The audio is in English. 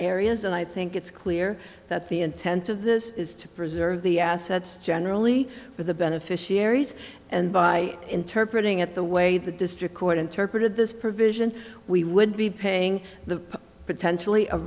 areas and i think it's clear that the intent of this is to preserve the assets generally for the beneficiaries and by interpret ing at the way the district court interpreted this provision we would be paying the potentially a